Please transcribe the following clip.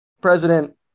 president